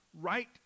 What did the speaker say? right